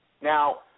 Now